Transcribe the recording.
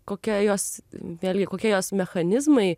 kokia jos vėlgi kokie jos mechanizmai